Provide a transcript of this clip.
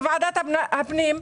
אחד מהם בוועדת הפנים,